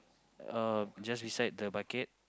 uh just beside the bucket